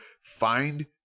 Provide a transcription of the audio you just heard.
find